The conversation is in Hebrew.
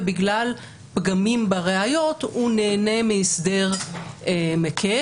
ובגלל פגמים בראיות הוא נהנה מהסדר מקל,